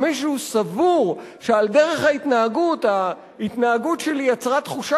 מישהו סבור שדרך ההתנהגות שלי יצרה תחושה